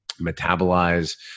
metabolize